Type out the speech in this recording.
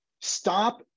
Stop